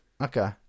Okay